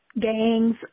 gangs